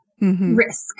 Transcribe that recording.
Risk